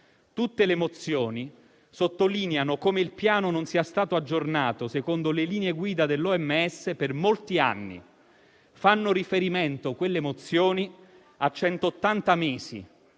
Tutte le mozioni sottolineano come il Piano non sia stato aggiornato secondo le linee guida dell'OMS per molti anni; fanno riferimento, quelle mozioni, a